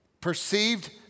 Perceived